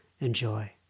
Enjoy